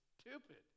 stupid